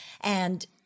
And-